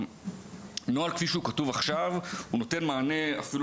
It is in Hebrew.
הנוהל כפי שהוא כתוב עכשיו נותן מענה אפילו